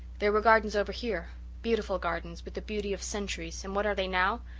there were gardens over here beautiful gardens with the beauty of centuries and what are they now?